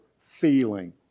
feeling